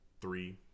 three